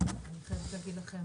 אני חייבת להגיד לכם,